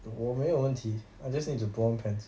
我没有问题 I just need to put on pants